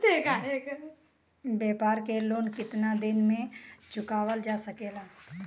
व्यापार के लोन कितना दिन मे चुकावल जा सकेला?